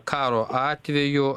karo atveju